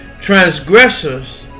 transgressors